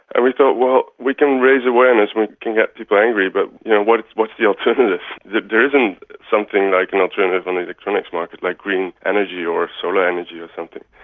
and we thought, well, we can raise awareness, we can get people angry, but what's what's the alternative? there isn't something like an alternative in the electronics market, like green energy or solar energy or something.